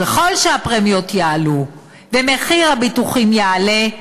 וככל שהפרמיות יעלו ומחיר הביטוחים יעלה,